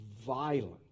violent